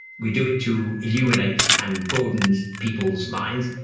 we do it to illuminate and broadens people's minds.